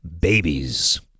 babies